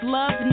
love